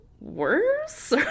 worse